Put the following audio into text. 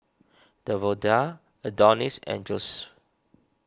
Davonta Adonis and Josef